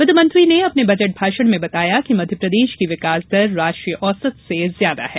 वित्त मंत्री ने अपने बजट भाषण में बताया कि मध्यप्रदेश की विकास दर राष्ट्रीय औसत से ज्यादा है